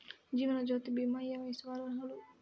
జీవనజ్యోతి భీమా ఏ వయస్సు వారు అర్హులు?